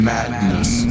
Madness